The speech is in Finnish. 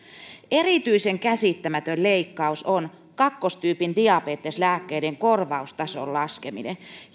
erityisen käsittämätön leikkaus on kakkostyypin diabeteksen lääkkeiden korvaustason laskeminen